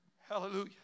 Hallelujah